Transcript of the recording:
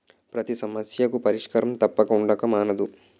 పతి సమస్యకు పరిష్కారం తప్పక ఉండక మానదు